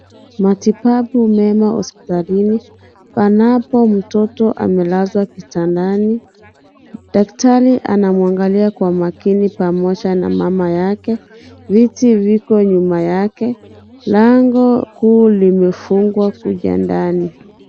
Matibabu mema hospitalini, panapo mtoto amelazwa kitandani. Daktari anamwangalia kwa makini pamoja na mama yake. Viti viko nyuma yake, lango kuu limefungwa kule ndani.